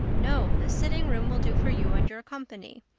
no. the sitting room will do for you and your company.